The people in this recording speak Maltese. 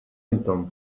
intom